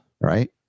Right